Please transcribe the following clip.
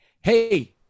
Hey